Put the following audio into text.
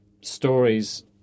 stories